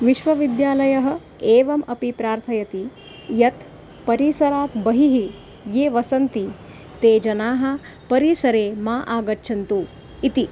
विश्वविद्यालयः एवम् अपि प्रार्थयति यत् परिसरात् बहिः ये वसन्ति ते जनाः परिसरे मा आगच्छन्तु इति